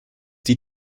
die